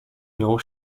nią